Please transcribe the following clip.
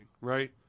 right